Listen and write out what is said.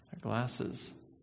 glasses